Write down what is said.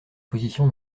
position